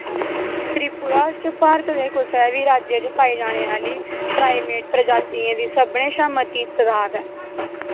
त्रिपुरा च भारत दे कुसै बी राज्य च पाई जाने आह्ली प्राइमेट प्रजातियें दी सभनें शा मती तदाद ऐ